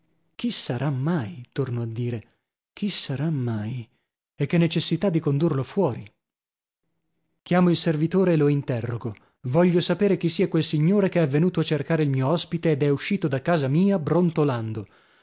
chi sarà mai torno a dire chi sarà mai e che necessità di condurlo fuori chiamo il servitore e lo interrogo voglio sapere chi sia quel signore che è venuto a cercare il mio ospite ed è uscito da casa mia brontolando